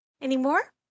anymore